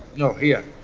no, here.